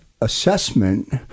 assessment